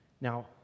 Now